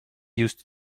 used